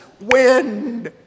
win